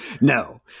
No